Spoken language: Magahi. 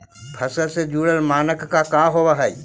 फसल से जुड़ल मानक का का होव हइ?